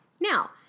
Now